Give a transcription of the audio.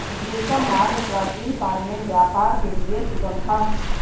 रेशम मार्ग प्राचीनकाल में व्यापार के लिए सुगम था